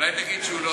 אולי תגיד שהוא לא,